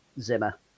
Zimmer